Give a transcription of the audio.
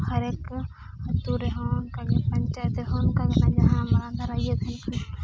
ᱦᱟᱨᱮᱠ ᱟᱹᱛᱩᱨᱮᱦᱚᱸ ᱚᱱᱠᱟᱜᱮ ᱯᱟᱧᱪᱟᱭᱮᱛ ᱨᱮᱦᱚᱸ ᱚᱱᱠᱟᱜᱮ ᱡᱟᱦᱟᱸ ᱢᱟᱨᱟᱝ ᱫᱷᱟᱨᱟ ᱤᱭᱟᱹ ᱛᱟᱦᱮᱱ ᱠᱟᱱᱟ